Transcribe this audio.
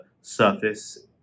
surface